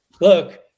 look